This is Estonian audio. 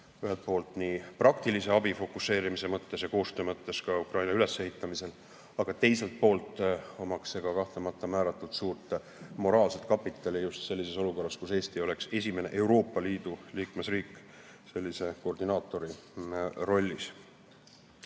ühelt poolt praktilise abi fokuseerimise mõttes ja koostöö mõttes Ukraina ülesehitamisel, aga teiselt poolt annaks see kahtlemata määratult suurt moraalset kapitali olukorras, kus Eesti oleks esimene Euroopa Liidu liikmesriik sellise koordinaatori rollis. Nüüd